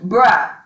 Bruh